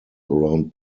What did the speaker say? around